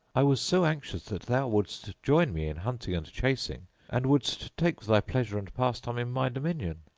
i was so anxious that thou wouldst join me in hunting and chasing, and wouldst take thy pleasure and pastime in my dominion!